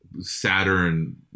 Saturn